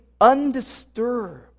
undisturbed